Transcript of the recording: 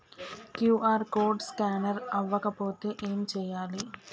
QR code scanner అవ్వకపోతే ఏం చేయాలి?